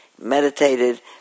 meditated